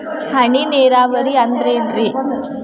ಹನಿ ನೇರಾವರಿ ಅಂದ್ರೇನ್ರೇ?